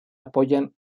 apoyan